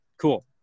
cool